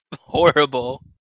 horrible